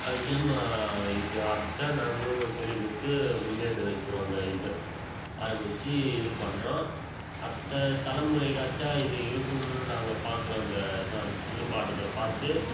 அந்த சிலம்பம் இது ஆட்டத்தை நாங்களும் சொல்லிக் கொடுத்து முன்னேற வைக்கிறோம் அந்த இதை ஆரம்பித்து இது பண்ணுறோம் அடுத்த தலைமுறைக்காச்சும் இது இருக்கும்ன்னு நாங்கள் பார்க்குறோம் இந்த இது வந்து சிலம்பம் ஆட்டத்தை பார்த்து